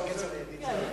הבנתי כל מלה, אבל,